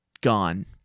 gone